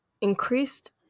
increased